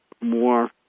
more